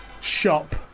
shop